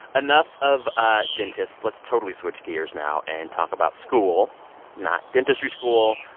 enough of ah dentists. let's totally switch gears now and talk about school not dentistry school,